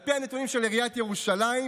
על פי הנתונים של עיריית ירושלים,